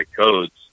codes